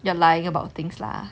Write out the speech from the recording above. you are lying about things lah